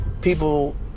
people